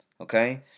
Okay